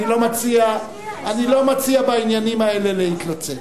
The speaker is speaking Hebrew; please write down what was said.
אני לא מציע בעניינים האלה להתלוצץ.